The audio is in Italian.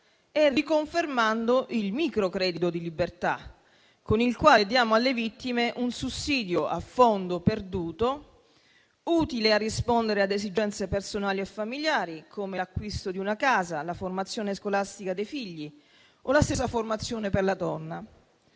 e riconfermando il microcredito di libertà, con il quale diamo alle vittime un sussidio a fondo perduto utile a rispondere ad esigenze personali e familiari, come l'acquisto di una casa, la formazione scolastica dei figli o la stessa formazione per la donna,